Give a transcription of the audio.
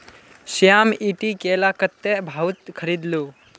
श्याम ईटी केला कत्ते भाउत खरीद लो